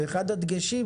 ואחד הדגשים,